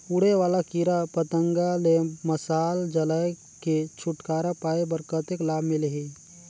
उड़े वाला कीरा पतंगा ले मशाल जलाय के छुटकारा पाय बर कतेक लाभ मिलही?